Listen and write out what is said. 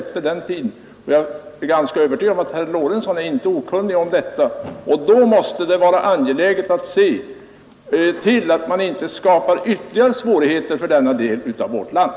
Jag är ganska övertygad om att herr Lorentzon inte är okunnig om detta. Det måste vara angeläget att se till att man inte skapar ytterligare svårigheter för denna del av vårt land.